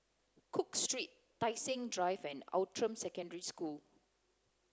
cook Street Tai Seng Drive and Outram Secondary School